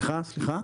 סליחה,